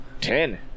ten